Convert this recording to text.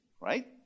Right